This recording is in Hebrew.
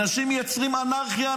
אנשים מייצרים אנרכיה,